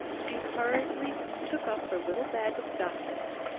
she hurriedly took up her little bag of documents,